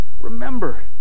Remember